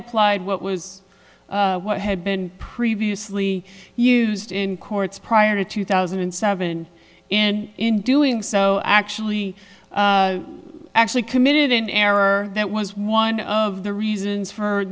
applied what was what had been previously used in courts prior to two thousand and seven and in doing so actually actually committed an error that was one of the reasons for